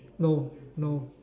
no no